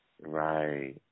Right